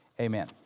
amen